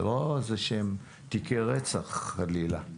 זה לא תיקי רצח, חלילה.